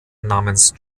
namens